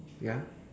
ya